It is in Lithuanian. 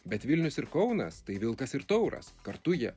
bet vilnius ir kaunas tai vilkas ir tauras kartu jie